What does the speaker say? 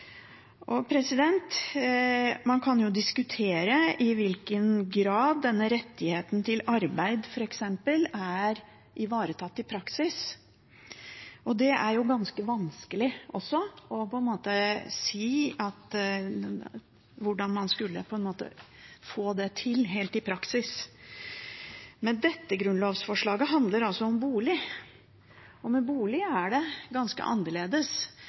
Man kan jo diskutere i hvilken grad retten til arbeid, f.eks., er ivaretatt i praksis. Det er ganske vanskelig også å si hvordan man skulle få det helt til i praksis. Men dette grunnlovsforslaget handler om bolig, og med bolig er det ganske annerledes,